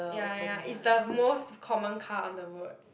ya ya is the most common car on the road